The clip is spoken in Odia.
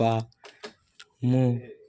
ବା ମୁଁ